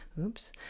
Oops